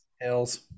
Hills